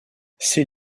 ces